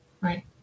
Right